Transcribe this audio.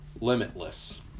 Limitless